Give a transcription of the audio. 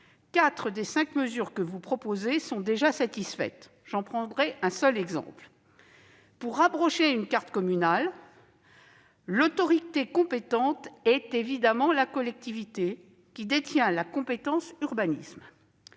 quatre des cinq mesures que vous proposez sont déjà satisfaites. Je prendrai un seul exemple. Pour abroger une carte communale, l'autorité compétente est évidemment la collectivité qui détient la compétence d'urbanisme.